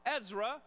Ezra